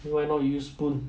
why not you use spoon